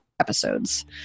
episodes